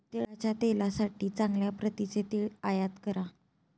तिळाच्या तेलासाठी चांगल्या प्रतीचे तीळ आयात करा